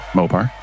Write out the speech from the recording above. Mopar